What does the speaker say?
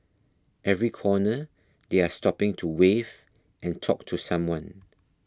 every corner they are stopping to wave and talk to someone